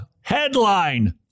Headline